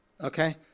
Okay